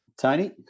Tony